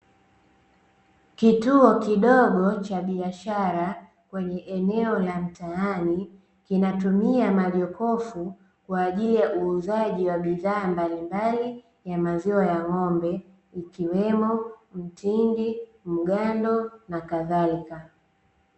Kituo kidogo cha biashara kwenye eneo la mtaani kinatumia majokofu kwa ajili ya uuzaji wa bidhaa mbalimbali ya maziwa ya ng'ombe ikiwemo mtindi mgando na kadhalika.